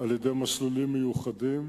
על-ידי מסלולים מיוחדים,